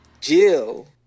Jill